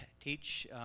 teach